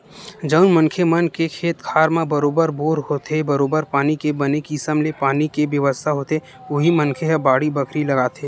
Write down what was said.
जउन मनखे मन के खेत खार म बरोबर बोर होथे बरोबर पानी के बने किसम ले पानी के बेवस्था होथे उही मनखे ह बाड़ी बखरी लगाथे